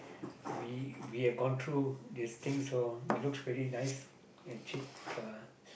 we we have gone through this thing so it looks really nice and chic uh